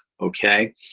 okay